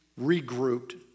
regrouped